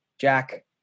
Jack